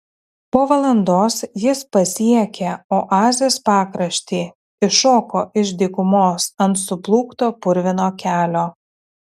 po valandos jis pasiekė oazės pakraštį iššoko iš dykumos ant suplūkto purvino kelio